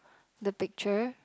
the picture